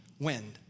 wind